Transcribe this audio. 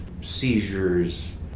seizures